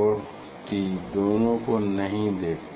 और t दोनों को नहीं देखते